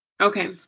okay